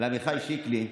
לעמיחי שיקלי.